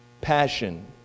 passion